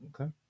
Okay